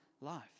life